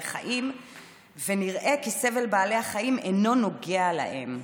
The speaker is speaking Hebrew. החיים ונראה כי סבל בעלי החיים אינו נוגע להם.